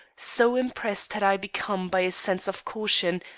so impressed had i become by a sense of caution,